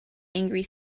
angry